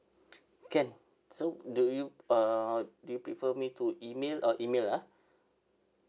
can so do you uh do you prefer me to email uh email ah